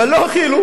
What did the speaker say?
אבל לא החילו.